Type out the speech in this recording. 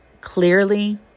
clearly